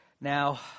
Now